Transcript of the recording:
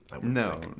No